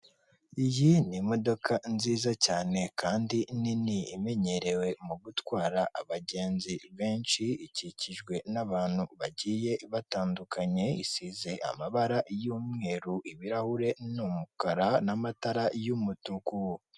Iyi ni imodoka nziza cyane kandi nini imenyerewe mu gutwara abagenzi benshi, ikikijwe n'abantu bagiye batandukanye, isize amabara y'umweru, ibirahure ni umukara n'amatara y'umutuku.